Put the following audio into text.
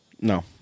No